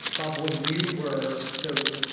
bob, when you were so,